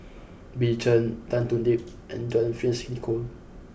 Bill Chen Tan Thoon Lip and John Fearns Nicoll